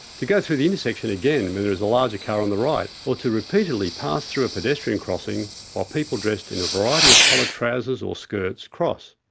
to go through the intersection again when there is a larger car on the right, or to repeatedly pass through a pedestrian crossing while people dressed in a variety of coloured trousers or skirts cross.